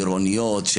גרעוניות,